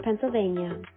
pennsylvania